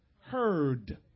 heard